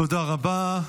תודה רבה.